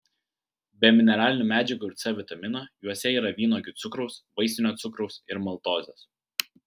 be mineralinių medžiagų ir c vitamino juose yra vynuogių cukraus vaisinio cukraus ir maltozės